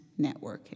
networking